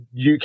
uk